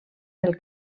del